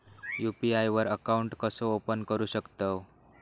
UPI वर account कसा open करू शकतव?